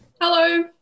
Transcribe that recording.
Hello